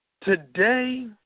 Today